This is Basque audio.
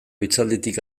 hitzalditik